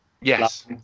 Yes